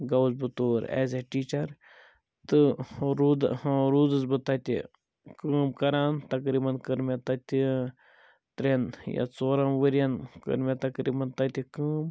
گوٚوُس بہٕ تور ایز اےٚ ٹیٖچر تہٕ روٗد ٲں روٗدُس بہٕ تتہِ کٲم کران تَقریبًا کٔر مےٚ تتہِ ترٛیٚن یا ژورَن ؤریَن کٔر مےٚ تقریٖبًا تتہِ کٲم